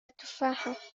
التفاحة